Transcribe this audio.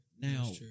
now